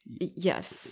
yes